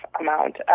amount